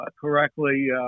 correctly